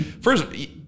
first